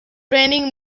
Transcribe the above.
reigning